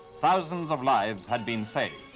thousands of lives had been saved.